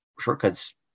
Shortcuts